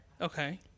Okay